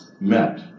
met